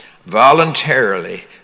voluntarily